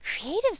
creative